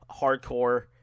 hardcore